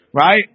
Right